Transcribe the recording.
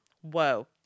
Whoa